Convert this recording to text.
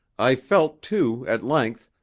i felt, too, at length,